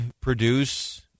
produce